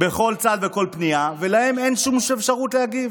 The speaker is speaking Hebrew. בכל צד ובכל פנייה, ולהם אין שום אפשרות להגיב.